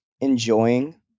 enjoying